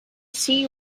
see